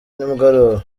nimugoroba